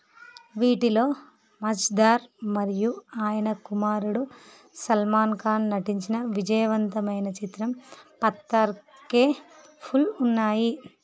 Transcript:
వీటిలో మజ్దర్ మరియు ఆయన కుమారుడు సల్మాన్ ఖాన్ నటించిన విజయవంతమైన చిత్రం పత్తార్ కే ఫుల్ ఉన్నాయి